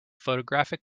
photographic